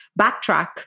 backtrack